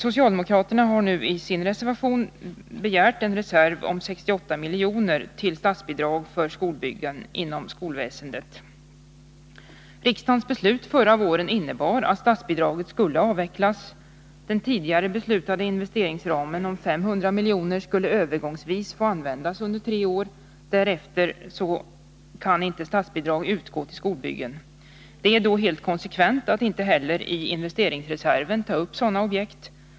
Socialdemokraterna har nu i sin reservation begärt en reserv om 68 milj.kr. till statsbidrag för byggande inom det allmänna skolväsendet. Riksdagens beslut förra våren innebar att statsbidraget skulle avvecklas. Den tidigare beslutade investeringsramen om 500 miljoner skulle övergångsvis användas under tre år. Därefter kan inte statsbidrag utgå till skolbyggen. Det är då helt konsekvent att inte heller i investeringsreserven ta upp sådana objekt.